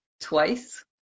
Twice